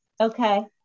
Okay